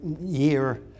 year